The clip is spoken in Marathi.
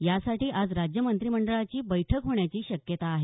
यासाठी आज राज्य मंत्रीमंडळाची बैठक होण्याची शक्यता आहे